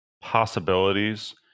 possibilities